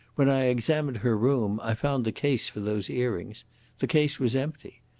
when i examined her room i found the case for those earrings the case was empty.